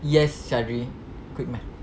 yes shahdri good math